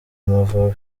amavubi